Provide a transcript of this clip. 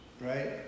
right